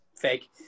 fake